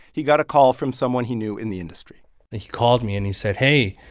he got a call from someone he knew in the industry and he called me. and he said, hey,